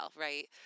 right